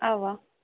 اَوا